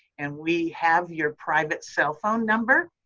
and we have your private cell phone number.